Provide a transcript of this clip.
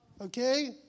okay